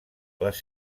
les